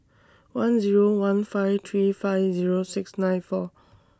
one Zero one five three five Zero six nine four